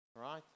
right